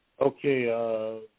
okay